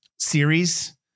series